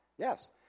Yes